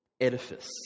edifice